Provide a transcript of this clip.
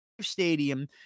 Stadium